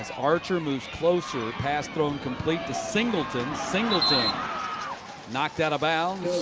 archer moves closer, the pass thrown complete to singleton. singleton knocked out of bounds.